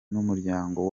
n’umuryango